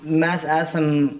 mes esam